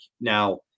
now